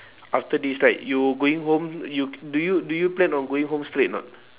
after this right you going home you do you do you plan on going home straight or not